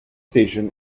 station